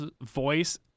voice